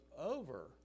over